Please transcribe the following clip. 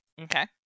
Okay